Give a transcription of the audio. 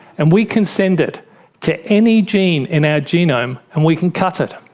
and we can send it to any gene in our genome and we can cut it.